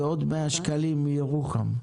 ועוד 100 שקלים מירוחם.